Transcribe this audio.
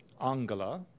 Angela